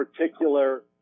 particular